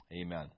Amen